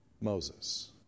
Moses